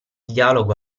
dialogo